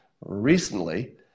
recently